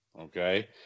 okay